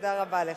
תודה רבה לך.